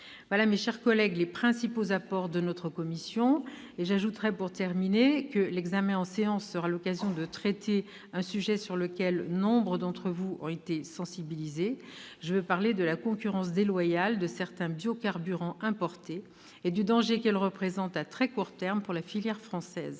sont, mes chers collègues, les principaux apports de notre commission. J'ajouterai, pour terminer, que l'examen en séance sera l'occasion de traiter un sujet sur lequel nombre d'entre vous ont été sensibilisés : je veux parler de la concurrence déloyale de certains biocarburants importés et du danger qu'elle représente, à très court terme, pour la filière française.